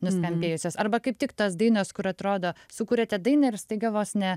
nuskambėjusios arba kaip tik tos dainos kur atrodo sukūrėte dainą ir staiga vos ne